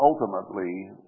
ultimately